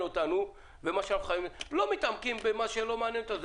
אותנו ולא מתעמקים במה שלא מעניין אותנו.